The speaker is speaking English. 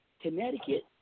Connecticut